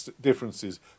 differences